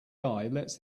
lets